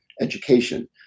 education